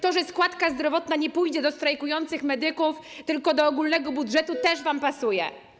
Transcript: To, że składka zdrowotna nie pójdzie do strajkujących medyków, tylko do ogólnego budżetu, też wam pasuje.